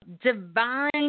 Divine